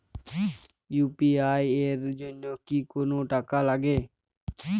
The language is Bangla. ইউ.পি.আই এর জন্য কি কোনো টাকা লাগে?